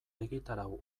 egitarau